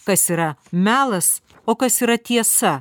kas yra melas o kas yra tiesa